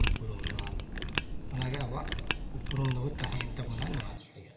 ᱩᱯᱨᱩᱢ ᱱᱚᱣᱟ ᱫᱚ ᱚᱱᱟᱜᱮ ᱟᱵᱚᱣᱟᱜ ᱩᱯᱨᱩᱢ ᱫᱚᱵᱚᱱ ᱛᱟᱦᱮᱸᱭᱮᱱᱟ ᱛᱟᱵᱚᱱᱟ ᱱᱚᱣᱟ ᱤᱭᱟᱹ